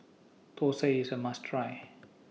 Thosai IS A must Try